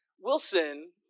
Wilson